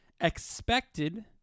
expected